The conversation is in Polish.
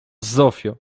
zofio